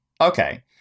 okay